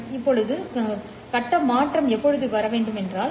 எனவே நான் கட்டத்தை மாற்ற வேண்டியதில்லை